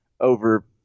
over